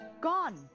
GONE